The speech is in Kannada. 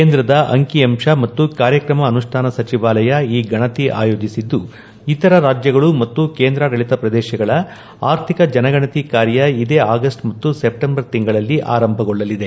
ಕೇಂದ್ರದ ಅಂಕಿ ಅಂಶ ಮತ್ತು ಕಾರ್ಯಕ್ರಮ ಅನುಷ್ಠಾನ ಸಚಿವಾಲಯ ಈ ಗಣತಿ ಆಯೋಜಿಸಿದ್ದು ಇತರ ರಾಜ್ಯಗಳು ಮತ್ತು ಕೇಂದ್ರಾಡಳಿತ ಪ್ರದೇಶಗಳ ಆರ್ಥಿಕ ಜನಗಣತಿ ಕಾರ್ಯ ಇದೇ ಆಗಸ್ಟ್ ಮತ್ತು ಸೆಪ್ಟೆಂಬರ್ ತಿಂಗಳಲ್ಲಿ ಆರಂಭಗೊಳ್ಳಲಿದೆ